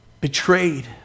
betrayed